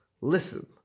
Listen